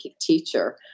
teacher